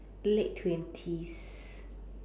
late twenties